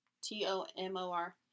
t-o-m-o-r